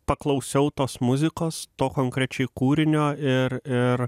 paklausiau tos muzikos to konkrečiai kūrinio ir ir